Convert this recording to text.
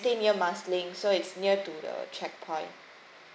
stay near marsiling so it's near to the checkpoint